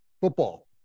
football